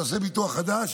תעשה ביטוח חדש,